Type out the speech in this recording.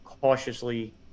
cautiously